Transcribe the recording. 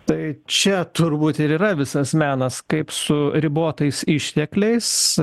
tai čia turbūt ir yra visas menas kaip su ribotais ištekliais